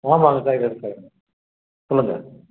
ஆமாம்ங்க சார் இங்கே இருக்காங்க சொல்லுங்கள்